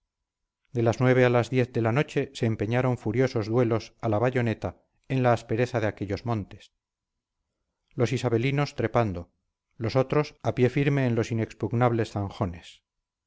de las nueve a las diez de la noche se empeñaron furiosos duelos a la bayoneta en la aspereza de aquellos montes los isabelinos trepando los otros a pie firme en los inexpugnables zanjones